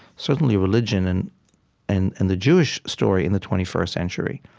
certainly, religion and and and the jewish story in the twenty first century.